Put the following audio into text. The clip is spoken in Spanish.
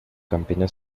campiña